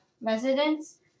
residents